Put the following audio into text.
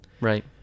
Right